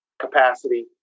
capacity